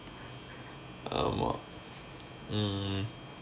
ஆமா:aamaa mm